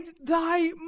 thy